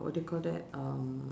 what do you call that um